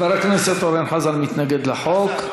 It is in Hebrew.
חבר הכנסת אורן חזן מתנגד לחוק.